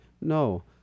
No